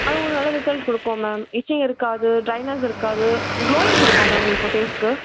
அது உங்களுக்கு நல்ல ரிசல்ட் கொடுக்கும் மேம் இட்ச்சிங் இருக்காது ட்ரைனஸ் இருக்காது க்ளோயிங் கொடுக்கும் மேம் உங்களுக்கு ஃபேஸ்க்கு